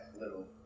little